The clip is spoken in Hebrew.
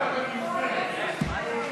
משרד החוץ,